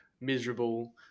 miserable